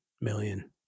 million